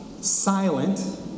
silent